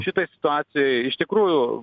šitoj situacijoj iš tikrųjų